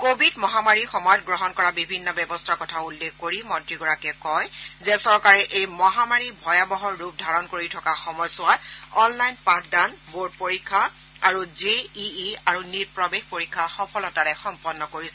Covid মহামাৰীৰ সময়ত গ্ৰহণ কৰা বিভিন্ন ব্যৱস্থাৰ কথা উল্লেখ কৰি মন্ত্ৰীগৰাকীয়ে কয় যে চৰকাৰে এই মহামাৰী ভয়াৱহ ৰূপ ধাৰণ কৰি থকা সময়ছোৱাত অনলাইন পাঠদান বোৰ্ড পৰীক্ষা আৰু জে ই ই তথা নীট প্ৰৱেশ পৰীক্ষা সফলতাৰে সম্পন্ন কৰিছে